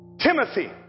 Timothy